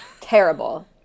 Terrible